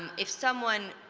um if someone,